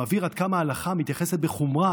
המבהיר עד כמה ההלכה מתייחסת בחומרה,